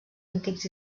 antics